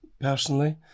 personally